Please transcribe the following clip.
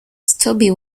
stubby